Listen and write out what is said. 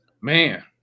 Man